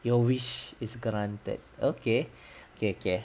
your wish is granted okay K K